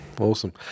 Awesome